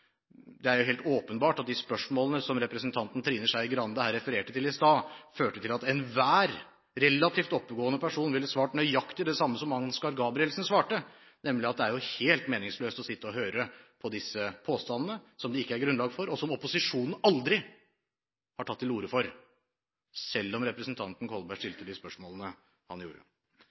det andre øyeblikket selv. Det er helt åpenbart at de spørsmålene som representanten Trine Skei Grande refererte til i stad, førte til at enhver relativt oppegående person ville svart nøyaktig det samme som Ansgar Gabrielsen svarte, nemlig at det er helt meningsløst å sitte og høre på disse påstandene som det ikke er grunnlag for, og som opposisjonen aldri har tatt til orde for, selv om representanten Kolberg stilte de spørsmålene han gjorde.